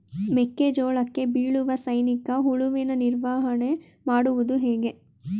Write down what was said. ಮೆಕ್ಕೆ ಜೋಳಕ್ಕೆ ಬೀಳುವ ಸೈನಿಕ ಹುಳುವಿನ ನಿರ್ವಹಣೆ ಮಾಡುವುದು ಹೇಗೆ?